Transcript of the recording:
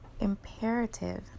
imperative